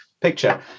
picture